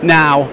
now